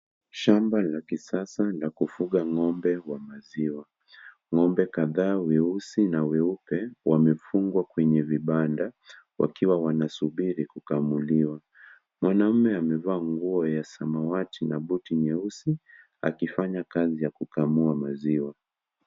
Shamba la kisasa la kufuga ngombe wa maziwa, ngombe kadhaa weusi na weupe wamefungwa kwenye vibanda, wakiwa wanasubili kukamuliwa, mwanaumme amevaa nguo ya samawati na buti nyeusi, akifanya kazi ya kukamua maziwa.